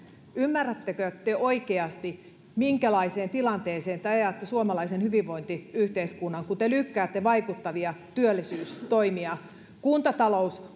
ymmärrättekö te oikeasti minkälaiseen tilanteeseen te ajatte suomalaisen hyvinvointiyhteiskunnan kun te lykkäätte vaikuttavia työllisyystoimia kuntatalous